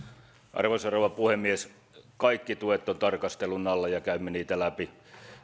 arvoisa rouva puhemies kaikki tuet ovat tarkastelun alla ja käymme niitä läpi